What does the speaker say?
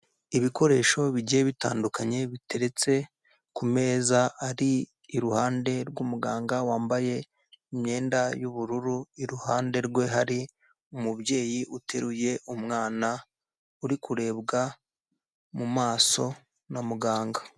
Ibikoresho bigiye bitandukanye biteretse ku meza ari iruhande rw'umuganga wambaye imyenda y'ubururu, iruhande rwe hari umubyeyi uteruye umwana, uri kurebwa mu maso na muganga.